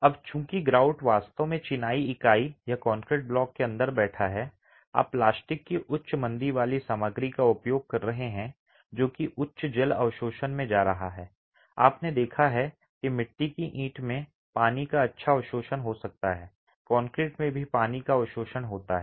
अब चूंकि ग्राउट वास्तव में चिनाई इकाई या कंक्रीट ब्लॉक के अंदर बैठा है आप प्लास्टिक की उच्च मंदी वाली सामग्री का उपयोग कर रहे हैं जो कि उच्च जल अवशोषण में जा रहा है आपने देखा है कि मिट्टी की ईंट में पानी का अच्छा अवशोषण हो सकता है कंक्रीट में भी पानी का अवशोषण होता है